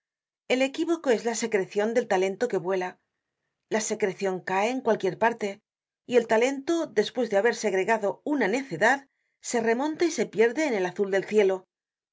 el equívoco es la secrecion del talento que vuela la secrecion cae en cualquier parte y el talento despues de haber segregado una necedad se remonta y se pierde en el azul del cielo